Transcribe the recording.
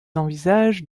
envisagent